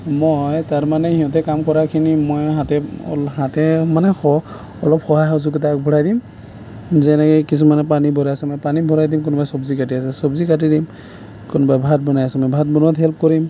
মই তাৰমানে সিহঁতে কাম কৰাখিনি মই হাতে হাতে মানে অলপ সহায় সহযোগিতা আগবঢ়াই দিম যেনেকে কিছুমানে পানী ভৰাইছেনে পানী ভৰাই দিম কোনোবাই চব্জি কাটি আছে চব্জি কাটি দিম কোনোবাই ভাত বনাইছমে ভাত বনোৱাত হেল্প কৰিম